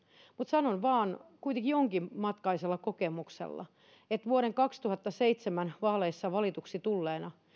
mutta sanon vain kuitenkin jonkin matkaisella kokemuksella että vuoden kaksituhattaseitsemän vaaleissa valituksi tulleena